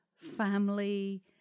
family